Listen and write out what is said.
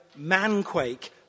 manquake